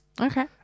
Okay